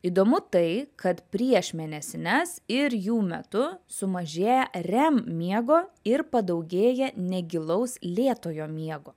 įdomu tai kad prieš mėnesines ir jų metu sumažėja rem miego ir padaugėja negilaus lėtojo miego